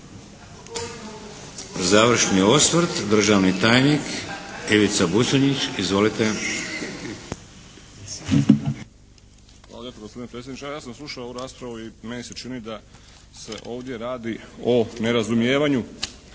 Završni osvrt državni tajnik Ivica Buconjić. Izvolite. **Buconjić, Ivica (HDZ)** Hvala lijepo gospodine predsjedniče. Evo ja sam slušao ovu raspravu i meni se čini da se ovdje radi o nerazumijevanju,